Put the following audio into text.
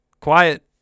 quiet